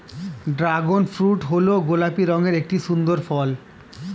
dragon fruit হল গোলাপি রঙের একটি সুন্দর ফল